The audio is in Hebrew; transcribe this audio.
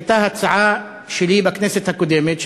הייתה הצעה שלי בכנסת הקודמת,